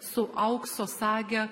su aukso sage